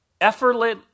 Effortless